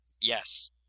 Yes